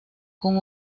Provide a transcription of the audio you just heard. con